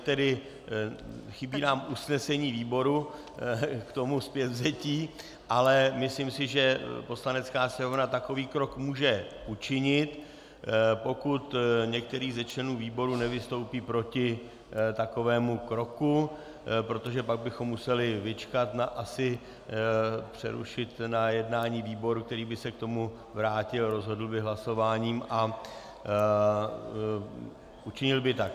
Tedy chybí nám usnesení výboru k tomu zpětvzetí, ale myslím si, že Poslanecká sněmovna takový krok může učinit, pokud některý ze členů výboru nevystoupí proti takovému kroku, protože pak bychom museli vyčkat, asi přerušit na jednání výboru, který by se k tomu vrátil, rozhodl by hlasováním a učinil by tak.